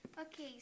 Okay